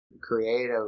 creative